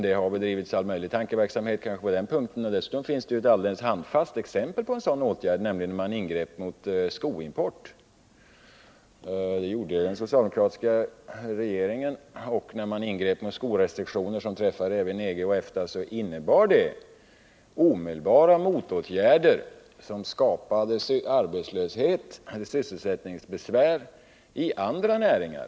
Det har bedrivits en hel del tankeverksamhet på det här området, och dessutom finns det ett konkret exempel på en åtgärd av det här slaget. Den socialdemokratiska regeringen ingrep ju när det gällde skoimporten. Då skorestriktionerna träffade även EG och EFTA innebar detta omedelbara motåtgärder, som skapade arbetslöshet och sysselsättningsbesvär inom andra näringar.